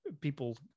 people